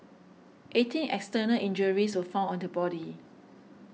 eighteen external injuries were found on the body